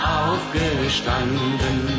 aufgestanden